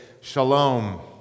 Shalom